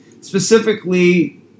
specifically